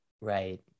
Right